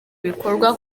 bikorwa